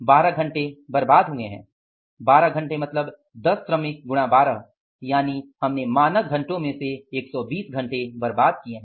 12 घंटे बर्बाद हुए है 12 घंटे मतलब 10 श्रमिक गुणा 12 यानि मानक घंटों में से हमने 120 घंटे बर्बाद किए हैं